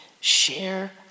share